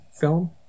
film